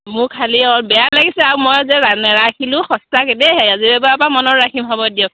মোৰ খালী আৰু বেয়া লাগিছে আৰু মই যে ৰা নেৰাখিলোঁ সঁচাকৈ দেই এইবাৰ পৰা মনত ৰাখিম হ'ব দিয়ক